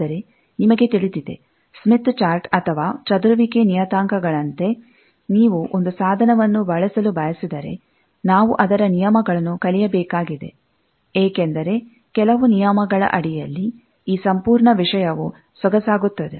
ಆದರೆ ನಿಮಗೆ ತಿಳಿದಿದೆ ಸ್ಮಿತ್ ಚಾರ್ಟ್ ಅಥವಾ ಚದುರುವಿಕೆ ನಿಯತಾಂಕಗಳಂತೆ ನೀವು ಒಂದು ಸಾಧನವನ್ನು ಬಳಸಲು ಬಯಸಿದರೆ ನಾವು ಅದರ ನಿಯಮಗಳನ್ನು ಕಲಿಯಬೇಕಾಗಿದೆ ಏಕೆಂದರೆ ಕೆಲವು ನಿಯಮಗಳ ಅಡಿಯಲ್ಲಿ ಈ ಸಂಪೂರ್ಣ ವಿಷಯವು ಸೊಗಸಾಗುತ್ತದೆ